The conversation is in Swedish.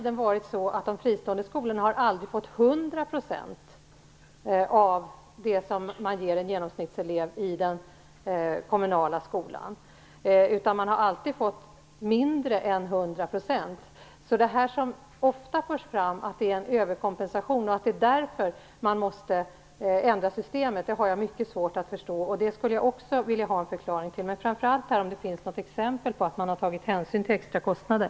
De fristående skolorna har aldrig fått 100 % av det bidrag man ger för en genomsnittselev i den kommunala skolan. De har alltid fått mindre än 100 %. Jag har mycket svårt att förstå det som ofta förs fram, att det är en överkompensation och att det är därför man måste ändra systemet. Jag skulle gärna vilja ha en förklaring till det också. Men framför allt vill jag veta om det finns något exempel på att man har tagit hänsyn till extra kostnader.